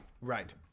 Right